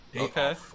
Okay